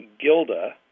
Gilda